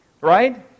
right